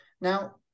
Now